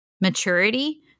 maturity